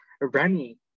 Remy